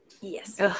Yes